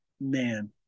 man